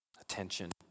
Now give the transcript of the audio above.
attention